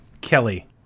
Kelly